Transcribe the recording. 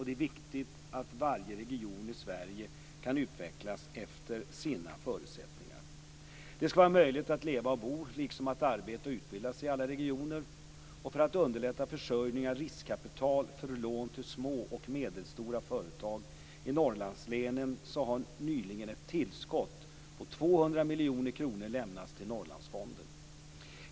Det är viktigt att varje region i Sverige kan utvecklas efter sina förutsättningar. Det skall vara möjligt att leva och bo liksom att arbeta och utbilda sig i alla regioner. För att underlätta försörjningen av riskkapital för lån till små och medelstora företag i Norrlandslänen har nyligen ett tillskott på 200 miljoner kronor lämnats till Norrlandsfonden.